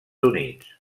units